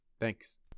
thanks